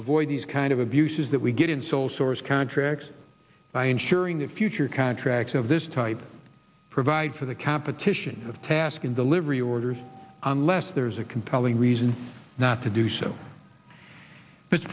avoid these kind of abuses that we get in sole source contracts by ensuring the future contracts of this type provide for the competition of task in the livery orders unless there is a compelling reason not to do so